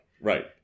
Right